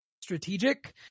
strategic